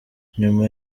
nyuma